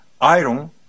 iron